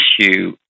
issue